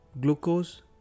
glucose